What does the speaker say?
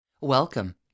Welcome